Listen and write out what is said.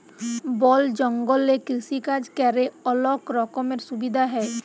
বল জঙ্গলে কৃষিকাজ ক্যরে অলক রকমের সুবিধা হ্যয়